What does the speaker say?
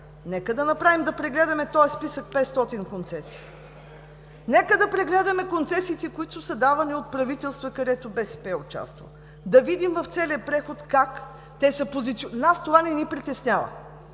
Нека да направим, да прегледаме този списък от 500 концесии! Нека да прегледаме концесиите, които са давани от правителства, където БСП е участвало, да видим в целия преход как те са позиционирани. Нас това не ни притеснява.